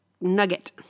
nugget